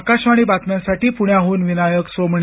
आकाशवाणी बातम्यांसाठी पण्याहन विनायक सोमणी